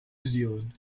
zealand